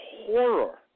horror